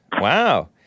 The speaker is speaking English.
Wow